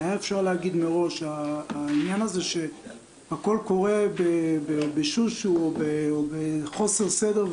העניין הזה שהכול קורה ב"שושו" או בחוסר סדר,